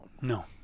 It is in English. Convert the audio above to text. No